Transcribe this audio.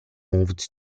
moved